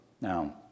Now